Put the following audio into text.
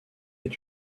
est